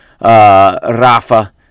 Rafa